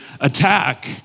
attack